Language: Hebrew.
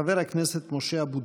חבר הכנסת משה אבוטבול.